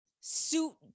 suit